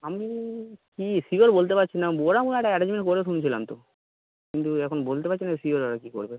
আমি কি সিওর বলতে পারছি না একটা অ্যারেঞজমেন্ট করে শুনছিলাম তো কিন্তু এখন বলতে পারছি না শিওর আর কি করবে